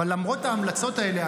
אבל למרות ההמלצות האלה,